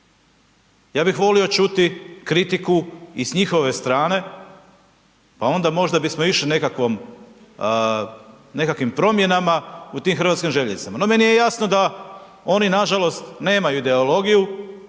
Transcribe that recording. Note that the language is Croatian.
Ja bi volio čuti kritiku i s njihove strane, pa onda možda bismo išli nekakvom, nekakvim promjenama u tim Hrvatskim željeznicama. No, meni je jasno da oni nažalost nemaju ideologiju,